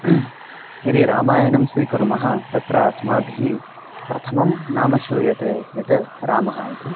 यदि रामायणं स्वीकुर्मः तत्र अस्माभिः प्रथमं नाम श्रूयते यत् रामः इति